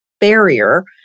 barrier